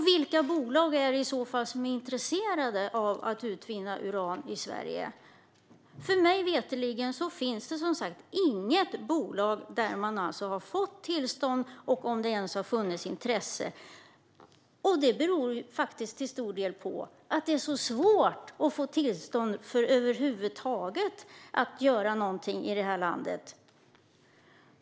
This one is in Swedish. Vilka bolag är det i så fall som är intresserade av att utvinna uran i Sverige? Mig veterligen finns det som sagt inget bolag som har fått tillstånd, om det ens har funnits intresse. Det beror till stor del på att det över huvud taget är så svårt att få tillstånd för att göra någonting i det här landet.